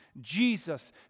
Jesus